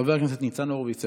חבר הכנסת ניצן הורוביץ,